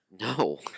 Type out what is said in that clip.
No